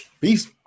Peace